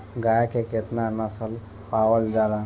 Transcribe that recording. गाय के केतना नस्ल पावल जाला?